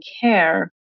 care